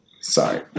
Sorry